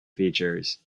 features